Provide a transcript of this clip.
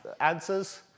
answers